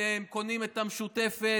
אתם קונים את המשותפת,